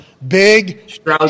Big